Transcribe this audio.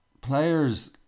players